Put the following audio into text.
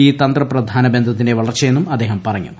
E തന്ത്രപ്രധാന ബന്ധത്തിന്റെ വളർച്ചയെന്നും അദ്ദേഹൃം പറഞ്ഞു